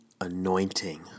Anointing